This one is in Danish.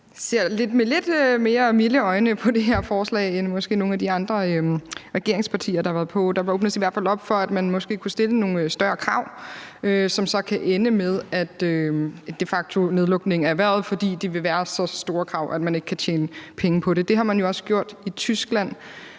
ser med lidt mere milde øjne på det her forslag, end nogle af regeringspartierne, der har været på talerstolen, måske gør. Der åbnes i hvert fald op for, at man måske kunne stille nogle større krav, som så kan ende med en de facto nedlukning af erhvervet, fordi det ville være så store krav, at man ikke kan tjene penge på det. Det har man jo også gjort i bl.a.